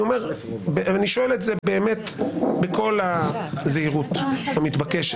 אני שואל את זה באמת בכל הזהירות המתבקשת,